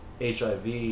HIV